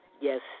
Yes